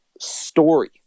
story